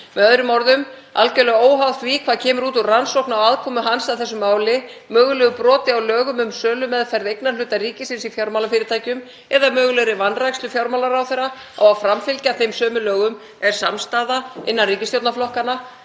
Með öðrum orðum, algjörlega óháð því hvað kemur út úr rannsókn á aðkomu hans að þessu máli, mögulegu broti á lögum um sölumeðferð eignarhluta ríkisins í fjármálafyrirtækjum eða mögulegri vanrækslu fjármálaráðherra á að framfylgja þeim sömu lögum þá er samstaða innan ríkisstjórnarflokkanna